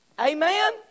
Amen